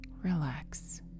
Relax